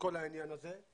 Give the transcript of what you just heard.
לכל העניין הזה.